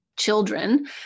children